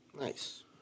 Nice